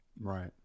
Right